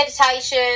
meditation